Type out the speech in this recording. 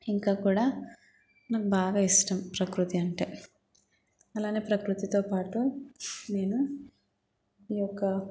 ఇంకా కూడా నాకు బాగా ఇష్టం ప్రకృతి అంటే అలానే ప్రకృతితో పాటు నేను ఈ యొక్క